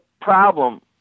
problem